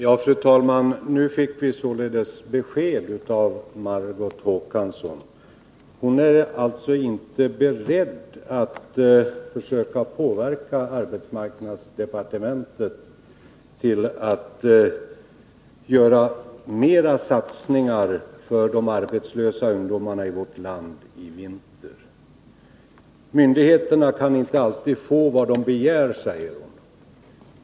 Fru talman! Nu fick vi besked av Margot Håkansson. Hon är alltså inte beredd att försöka påverka arbetsmarknadsdepartementet att göra fler satsningar för de arbetslösa ungdomarna i vårt land i vinter. Myndigheterna kan inte alltid få vad de begär, säger hon.